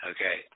Okay